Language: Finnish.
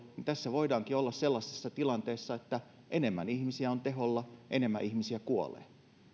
että tässä voidaankin olla sellaisessa tilanteessa että enemmän ihmisiä on teholla enemmän ihmisiä kuolee